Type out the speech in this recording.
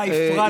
אתה הפרעת לי,